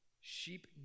sheep